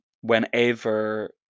whenever